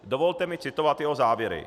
Dovolte mi citovat jeho závěry.